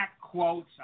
quotes